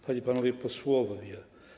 Panie i Panowie Posłowie!